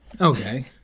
Okay